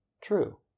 true